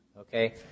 Okay